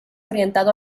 orientado